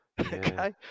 Okay